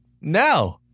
No